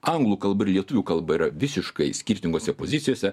anglų kalba ir lietuvių kalba yra visiškai skirtingose pozicijose